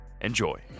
Enjoy